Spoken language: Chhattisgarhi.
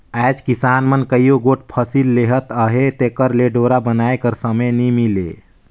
आएज किसान मन कइयो गोट फसिल लेहत अहे तेकर ले डोरा बनाए कर समे नी मिले